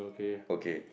okay